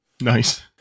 Nice